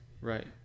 Right